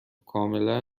کاملا